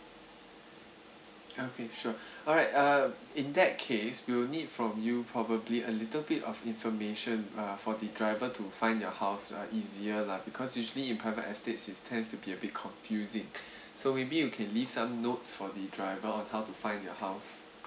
okay sure alright uh in that case we will need from you probably a little bit of information uh for the driver to find your house uh easier lah because usually in private estates it's tends to be a bit confusing so maybe you can leave some notes for the driver on how to find your house